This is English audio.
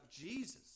Jesus